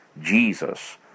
Jesus